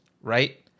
right